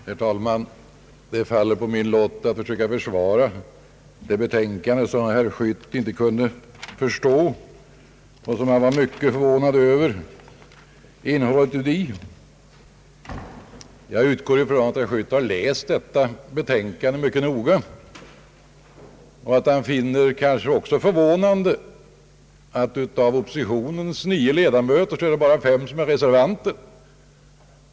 Herr talman! Det faller på min lott att försöka försvara det betänkande som herr Schött inte kunde förstå och som han var mycket förvånad över. Jag utgår ifrån att herr Schött har läst detta betänkande mycket noga. Han finner det då kanske också förvånande att av oppositionens nio ledamöter är bara fem reservanter.